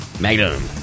Magnum